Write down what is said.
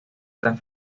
tras